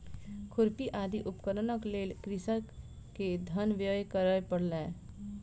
खुरपी आदि उपकरणक लेल कृषक के धन व्यय करअ पड़लै